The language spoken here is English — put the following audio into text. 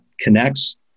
connects